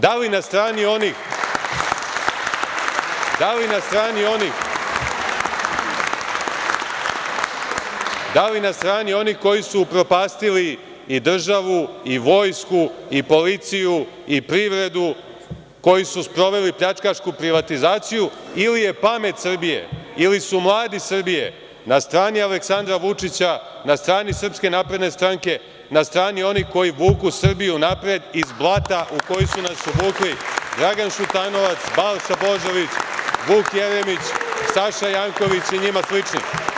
Da li na strani onih koji su upropastili i državu i vojsku i policiju i privredu, koji su sproveli pljačkašku privatizaciju ili je pamet Srbije, ili su mladi Srbije na strani Aleksandra Vučića, na strani SNS, na strani onih koji vuku Srbiju napred iz blata u koje su nas uvukli Dragan Šutanovac, Balša Božović, Vuk Jeremić, Saša Janković i njima slični.